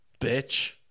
bitch